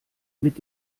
mit